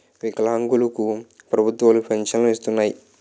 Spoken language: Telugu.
వికలాంగులు కు ప్రభుత్వాలు పెన్షన్ను ఇస్తున్నాయి